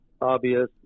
obvious